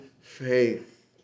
faith